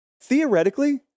Theoretically